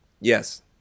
Yes